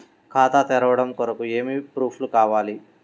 ఖాతా తెరవడం కొరకు ఏమి ప్రూఫ్లు కావాలి?